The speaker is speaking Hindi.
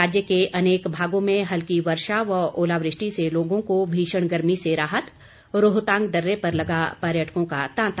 राज्य के अनेक भागों में हल्की वर्षा व ओलावृष्टि से लोगों को भीषण गर्मी से राहत रोहतांग दर्रे पर लगा पर्यटकों का तांता